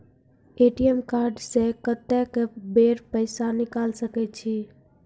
ATM card से कत्तेक बेर पैसा निकाल सके छी?